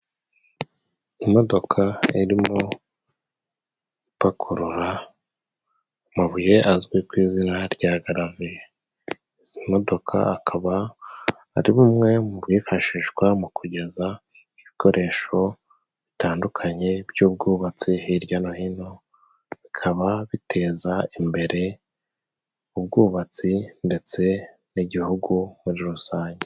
Imodoka irimo ipakurura amabuye azwi ku izina rya garaviye, izi modoka akaba arimwe mu bifashishwa mu kugeza ibikoresho bitandukanye by'ubwubatsi hirya no hino. Bikaba biteza imbere ubwubatsi ndetse n'igihugu muri rusange.